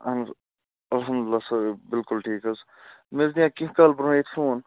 اَہَن حظ الحمدُ اللہ صٲب بِلکُل ٹھیٖک حظ مےٚ حظ نِیے کیٚنٛہہ کال برٛونٛہہ ییٚتہِ فون